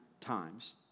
times